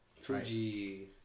Fuji